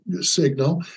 signal